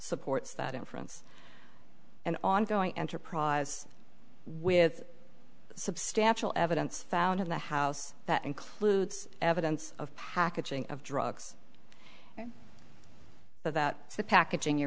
supports that inference an ongoing enterprise with substantial evidence found in the house that includes evidence of packaging of drugs but that the packaging you're